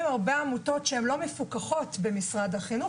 הרבה עמותות לא מפוקחות במשרד החינוך,